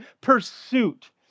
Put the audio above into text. pursuit